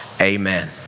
amen